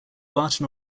barton